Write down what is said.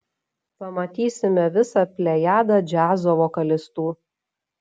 pamatysime visą plejadą džiazo vokalistų